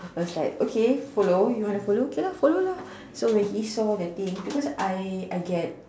I was like okay follow you wanna follow okay lah follow lah so when he saw the things because I I get